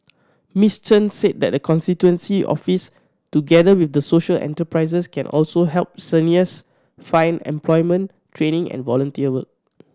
Miss Chan said the constituency office together with social enterprises can also help seniors find employment training and volunteer work